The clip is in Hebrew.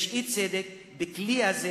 ויש אי-צדק בכלי הזה,